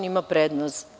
On ima prednost.